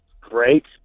Great